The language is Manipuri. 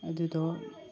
ꯑꯗꯨꯗꯣ